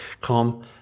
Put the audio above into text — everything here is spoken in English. come